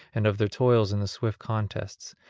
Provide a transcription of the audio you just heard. and of their toils in the swift contests,